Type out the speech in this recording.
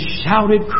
shouted